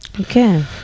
Okay